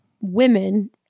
women